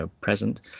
present